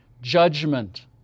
Judgment